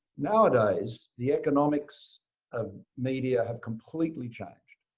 nowadays, the economics of media have completely changed.